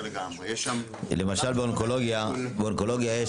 למשל באונקולוגיה יש